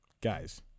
guys